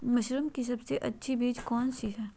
Mushroom की सबसे अच्छी बीज कौन सी है?